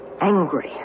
angry